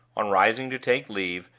on rising to take leave,